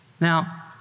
Now